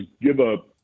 give-up